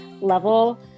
level